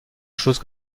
chose